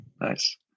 nice